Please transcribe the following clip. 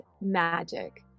Magic